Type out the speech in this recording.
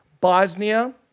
Bosnia